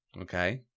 Okay